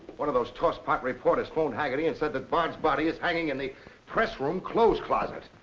one of those tosspot reporters phoned hagerty and said that bard's body is hanging in the pressroom clothes closet.